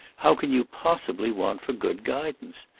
how can you possibly want for good guidance?